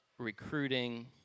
recruiting